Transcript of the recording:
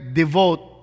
devote